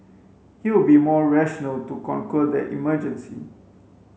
he will be more rational to conquer that emergency